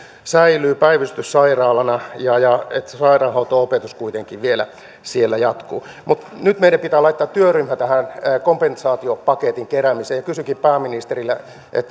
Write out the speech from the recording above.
säilyy päivystyssairaalana ja ja että sairaanhoito opetus kuitenkin vielä siellä jatkuu mutta nyt meidän pitää laittaa työryhmä tähän kompensaatiopaketin keräämiseen kysynkin pääministeriltä